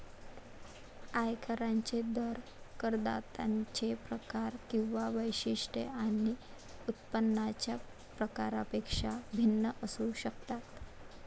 आयकरांचे दर करदात्यांचे प्रकार किंवा वैशिष्ट्ये आणि उत्पन्नाच्या प्रकारापेक्षा भिन्न असू शकतात